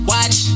Watch